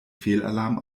fehlalarm